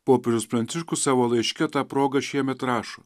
popiežius pranciškus savo laiške ta proga šiemet rašo